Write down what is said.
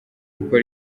gukora